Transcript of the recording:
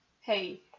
hey